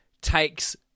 takes